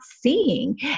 seeing